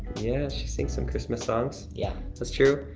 yeah, she sings some christmas songs. yeah. that's true.